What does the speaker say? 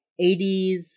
80s